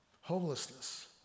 Homelessness